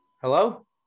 Hello